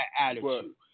attitude